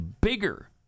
bigger